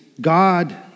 God